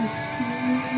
see